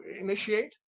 initiate